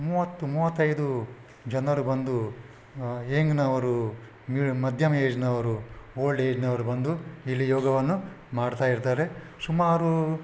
ಮೂವತ್ತು ಮೂವತ್ತೈದು ಜನರು ಬಂದು ಯಂಗ್ನವರು ಮಿ ಮಧ್ಯಮ ಏಜ್ನವರು ಓಲ್ಡ್ ಏಜ್ನವರು ಬಂದು ಇಲ್ಲಿ ಯೋಗವನ್ನು ಮಾಡ್ತಾಯಿರ್ತಾರೆ ಸುಮಾರು